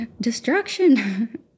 destruction